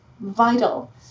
vital